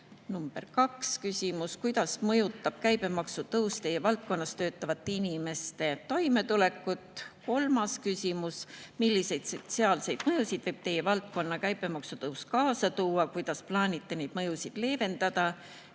kaks: kuidas mõjutab käibemaksu tõus teie valdkonnas töötavate inimeste toimetulekut? Kolmas küsimus: milliseid sotsiaalseid mõjusid võib käibemaksu tõus teie valdkonnas kaasa tuua? Kuidas plaanite neid mõjusid leevendada?